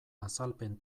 azalpen